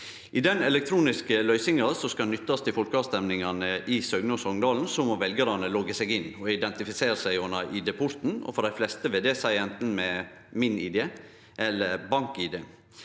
I den elektroniske løysinga som skal nyttast i folkeavrøystingane i Søgne og Songdalen, må veljarane logge inn og identifisere seg gjennom ID-porten. For dei fleste vil det seie anten med MinID eller BankID.